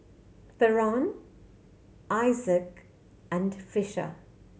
Theron Isaak and Fisher